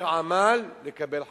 יותר עמל לקבל חשמל.